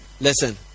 Listen